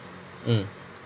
mm